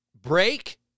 break